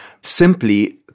simply